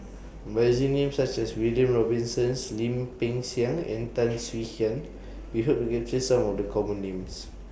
By using Names such as William Robinson Lim Peng Siang and Tan Swie Hian We Hope to capture Some of The Common Names